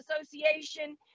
Association